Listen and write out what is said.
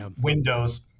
Windows